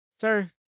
Sir